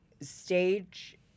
stage